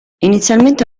inizialmente